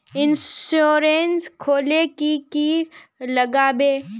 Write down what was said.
Insurance खोले की की लगाबे?